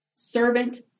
Servant